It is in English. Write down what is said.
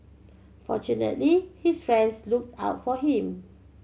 fortunately his friends looked out for him